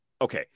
okay